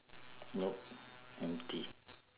nope empty